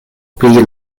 pri